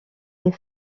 les